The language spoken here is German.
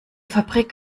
fabrik